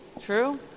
True